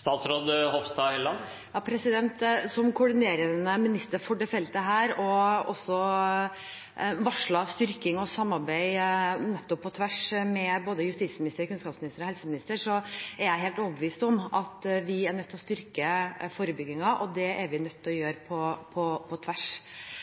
Som koordinerende minister for dette feltet og for varslet styrking og samarbeid på tvers med både justisministeren, kunnskapsministeren og helseministeren, er jeg helt overbevist om at vi er nødt til å styrke forebyggingen, og det er vi nødt til å